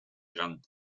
gante